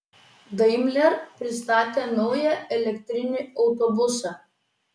daimler pristatė naują elektrinį autobusą